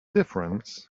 difference